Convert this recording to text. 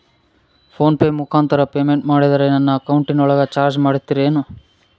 Phone pay ಮುಖಾಂತರ payment ಮಾಡಿದರೆ ನನ್ನ ಅಕೌಂಟಿನೊಳಗ ಚಾರ್ಜ್ ಮಾಡ್ತಿರೇನು?